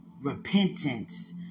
repentance